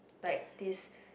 like this